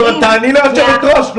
אבל תעני ליושבת-ראש.